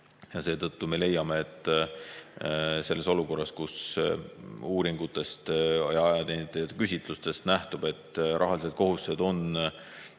Seetõttu me leiame, et selles olukorras, kus uuringutest ja ajateenijate küsitlustest nähtub, et rahalised kohustused on